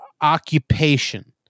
occupation